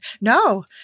no